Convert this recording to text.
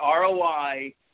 ROI